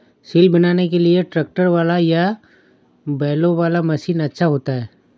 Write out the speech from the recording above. सिल बनाने के लिए ट्रैक्टर वाला या बैलों वाला मशीन अच्छा होता है?